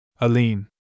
Aline